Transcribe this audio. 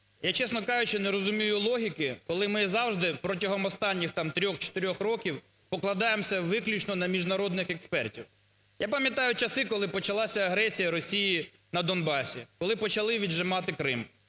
Я, чесно кажучи, не розумію логіки, коли ми завжди протягом останніх там 3-4 років покладаємось виключно на міжнародних експертів. Я пам'ятаю часи, коли почалась агресія Росії на Донбасі, коли почали віджимати Крим.